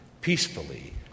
peacefully